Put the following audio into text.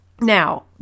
Now